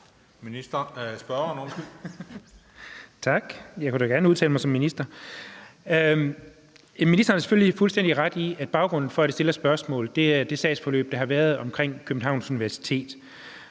Ministeren har selvfølgelig fuldstændig ret i, at baggrunden for, at jeg stiller spørgsmålet, er det sagsforløb, der har været med hensyn til Københavns Universitet.